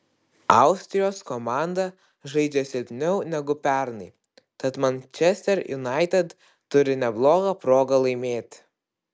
austrijos komanda žaidžia silpniau negu pernai tad manchester united turi neblogą progą laimėti